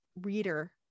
reader